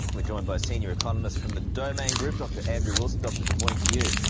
we're joined by senior economist from the domain group, dr andrew wilson. doctor, good morning to you.